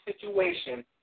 situation